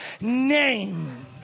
name